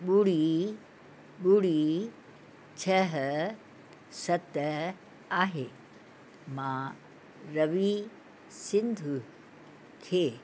ॿुड़ी ॿुड़ी छह सत आहे मां रवि सिंध खे